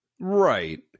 Right